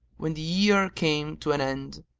when the year came to an end,